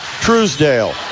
Truesdale